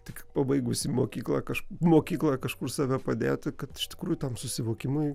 tik pabaigusį mokyklą kaž mokyklą kažkur save padėti kad iš tikrųjų tam susivokimui